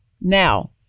Now